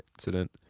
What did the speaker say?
incident